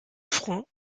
fronts